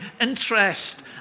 interest